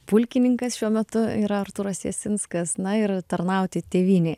pulkininkas šiuo metu yra artūras jasinskas na ir tarnauti tėvynei